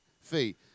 fee